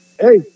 hey